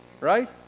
right